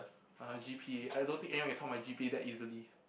uh G_P_A I don't think anyone can top my G_P_A that easily